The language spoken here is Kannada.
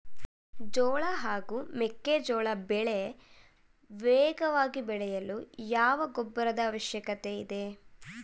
ಜೋಳ ಹಾಗೂ ಮೆಕ್ಕೆಜೋಳ ಬೆಳೆ ವೇಗವಾಗಿ ಬೆಳೆಯಲು ಯಾವ ಗೊಬ್ಬರದ ಅವಶ್ಯಕತೆ ಇದೆ?